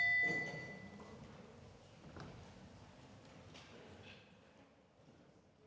Tak